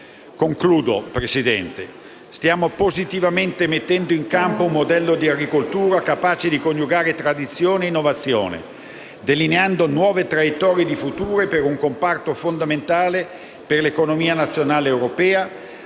Signor Presidente, stiamo positivamente mettendo in campo un modello di agricoltura capace di coniugare tradizione e innovazione, delineando nuove traiettorie di futuro per un comparto fondamentale per l'economia nazionale ed europea,